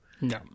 No